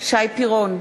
שי פירון,